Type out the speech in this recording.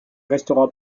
restera